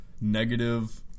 negative